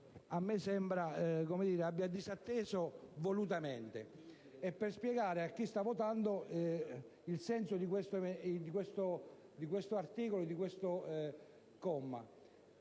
mi sembra abbia disatteso volutamente, per spiegare a chi sta votando il senso di questo articolo e di questo comma